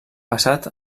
passat